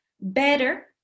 better